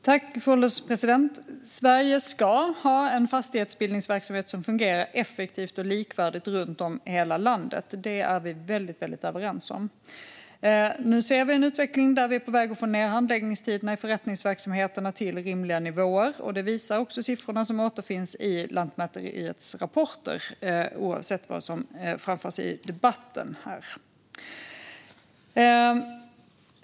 Fru ålderspresident! Sverige ska ha en fastighetsbildningsverksamhet som fungerar effektivt och likvärdigt runt om i hela landet. Det är vi väldigt överens om. Nu ser vi en utveckling där vi är på väg att få ned handläggningstiderna i förrättningsverksamheterna till rimliga nivåer, och det visar också siffrorna som återfinns i Lantmäteriets rapporter - oavsett vad som framförs i debatten här.